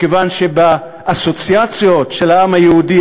מכיוון שבאסוציאציות של העם היהודי,